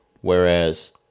Whereas